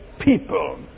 people